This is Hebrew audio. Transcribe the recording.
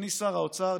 אדוני שר האוצר,